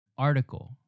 Article